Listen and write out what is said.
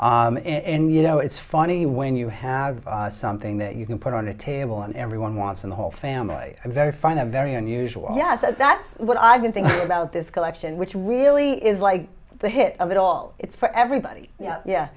in you know it's funny when you have something that you can put on a table and everyone wants in the whole family very fine a very unusual oh yes that's what i've been thinking about this collection which really is like the hit of it all it's for everybody yeah yeah